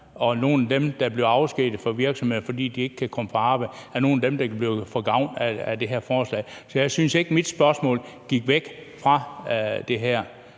er nogle af dem, der bliver afskediget fra virksomhederne, fordi de ikke kan komme på arbejde, der kan få gavn af det her forslag. Så jeg synes ikke, mit spørgsmål gik væk fra det her